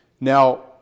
Now